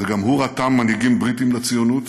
וגם הוא רתם מנהיגים בריטים לציונות,